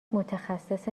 متخصص